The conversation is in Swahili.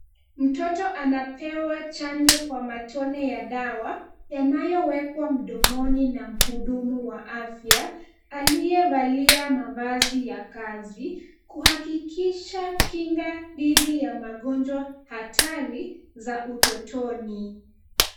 Mtoto anapewa chanjo kwa matone ya dawa, yanayowekwa mdomoni na mhudumu wa afya, aliyevalia mavazi ya kazi, kuhakikisha kinga dhidi ya magonjwa hatari za utotoni.